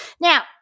now